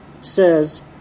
says